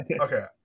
okay